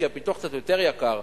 הפיתוח קצת יותר יקר,